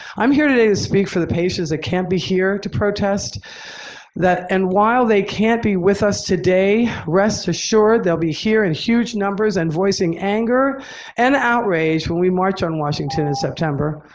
i'm here today to speak for the patients that can't be here to protest that and while they can't be with us today, rest assured they'll be here in huge numbers and voicing anger and outrage when we march on washington in september.